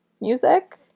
music